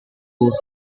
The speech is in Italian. molto